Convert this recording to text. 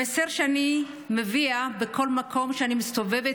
המסר שאני מביאה: בכל מקום שאני מסתובבת